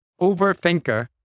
overthinker